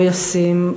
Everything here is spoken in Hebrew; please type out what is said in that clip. לא ישים,